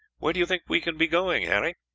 where do you think we can be going, harry?